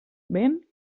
vent